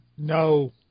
No